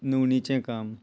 नुवणीचें काम